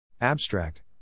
Abstract